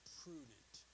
prudent